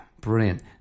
brilliant